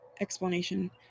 explanation